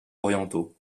orientaux